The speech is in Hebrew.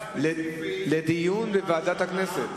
לדיון בוועדת הכנסת.